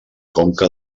conca